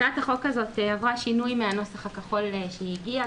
הצעת החוק הזאת עברה שינוי מהנוסח הכחול שבו היא הגיעה.